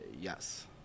yes